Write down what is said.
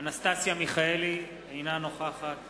אנסטסיה מיכאלי, אינה נוכחת